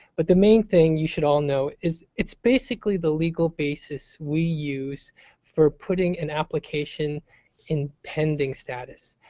but the main thing you should all know is it's basically the legal basis we use for putting an application in pending status.